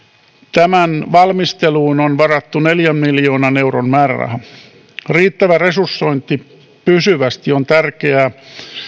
tämän valmisteluun on varattu neljän miljoonan euron määräraha riittävä resursointi pysyvästi on tärkeää